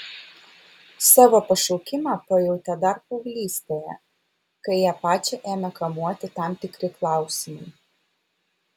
savo pašaukimą pajautė dar paauglystėje kai ją pačią ėmė kamuoti tam tikri klausimai